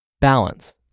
Balance